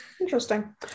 interesting